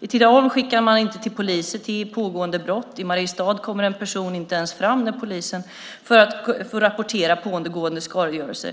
I Tidaholm skickar man inte poliser till pågående brott. I Mariestad kommer en person inte ens fram till polisen för att rapportera pågående skadegörelse.